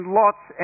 lots